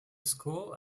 school